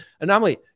Anomaly